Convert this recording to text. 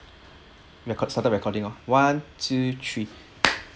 record started recording lor one two three